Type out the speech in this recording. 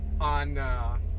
on